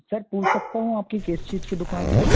sir पूछ सकता हूँ आपकी किस चीज़ की दुकान है